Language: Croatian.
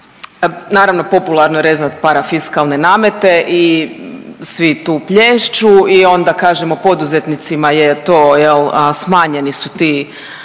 naravno popularno je rezat parafiskalne namete i svi tu plješću i onda kažemo poduzetnicima je to smanjeni su ti